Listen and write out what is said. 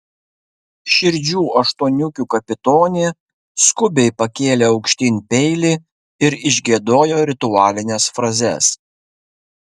širdžių aštuoniukių kapitonė skubiai pakėlė aukštyn peilį ir išgiedojo ritualines frazes